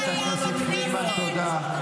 חברת הכנסת פרידמן, תודה.